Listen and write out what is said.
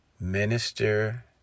minister